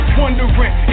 wondering